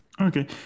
Okay